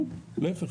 כלום, להיפך.